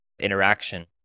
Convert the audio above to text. interaction